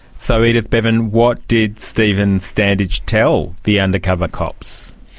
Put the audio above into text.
so, edith bevin, what did stephen standage tell the undercover cops?